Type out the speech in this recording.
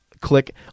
click